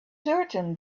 certain